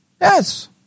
Yes